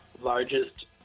largest